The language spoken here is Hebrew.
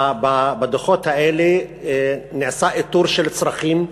בדוחות האלה נעשה איתור צרכים,